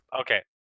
okay